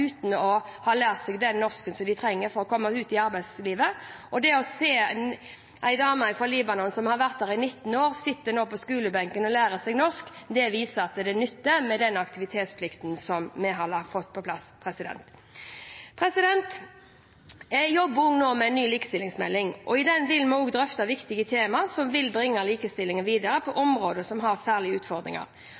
å ha lært seg så mye norsk som de trenger for å kunne komme seg ut i arbeidslivet. Det å se f.eks. en dame fra Libanon, som har vært i Norge i 19 år, nå sitte på skolebenken og lære seg norsk viser at den aktivitetsplikten som vi har fått på plass, nytter. Jeg jobber også med en ny likestillingsmelding. I den vil vi drøfte viktige tema som vil bringe likestillingen videre på områder som har særlige utfordringer.